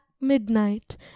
midnight